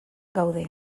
gaude